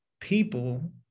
people